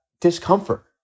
discomfort